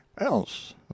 else